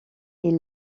est